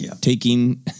taking